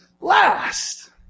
last